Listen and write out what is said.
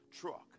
truck